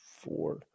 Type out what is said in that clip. four